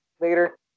later